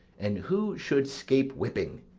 and who should scape whipping?